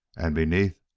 and, beneath,